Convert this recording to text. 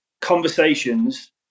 Conversations